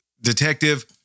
detective